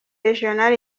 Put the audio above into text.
regional